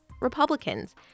Republicans